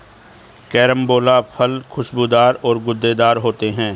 carambola फल खुशबूदार और गूदेदार होते है